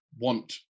want